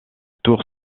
tour